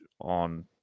on